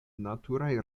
naturaj